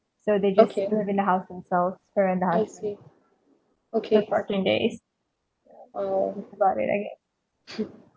so they just live in the house themselves for for fourteen days that's about it I guess